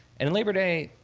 and in labor day,